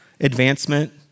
advancement